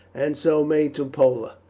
and so made to pola.